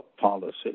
policy